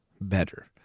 better